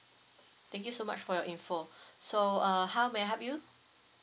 thank you so much for your info so uh how may I help you